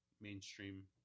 mainstream